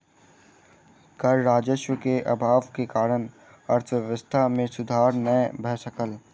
कर राजस्व के अभाव के कारण अर्थव्यवस्था मे सुधार नै भ सकल